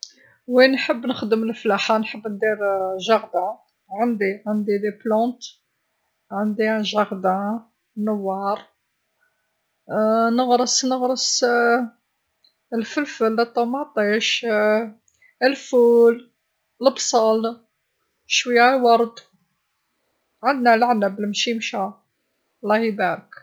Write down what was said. ﻿وي نحب نخدم الفلاحة، نحب ندير جاردان، عندي عندي لي بلونت، عندي جاردان نوار نغرس نغرس الفلفل الطماطيش الفول، البصل، شويا ورد، عندنا العنب المشيمشا الله يبارك.